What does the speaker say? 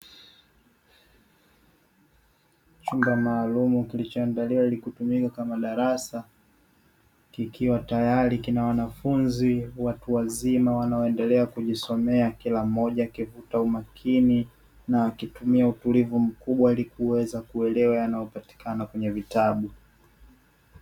Chumba maalumu kilicho andaliwa ili kutumika kama darasa, kikiwa tayari kina wanafunzi watu wazima wanao endelea kujisomea kila mmoja akivuta umakini na akitumia utulivu mkubwa ilikuweza kuelewa yanayo patikana kwenye vitabu.